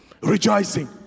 rejoicing